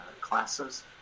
classes